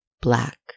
black